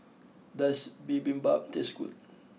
does Bibimbap taste good